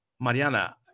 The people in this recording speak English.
mariana